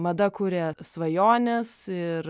mada kuria svajones ir